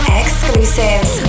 exclusives